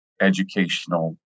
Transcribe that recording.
educational